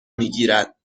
میگیرد